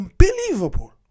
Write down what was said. unbelievable